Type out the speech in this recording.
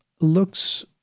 looks